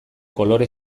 kolore